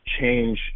change